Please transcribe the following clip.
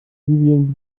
vivien